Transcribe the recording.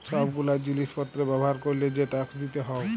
সব গুলা জিলিস পত্র ব্যবহার ক্যরলে যে ট্যাক্স দিতে হউ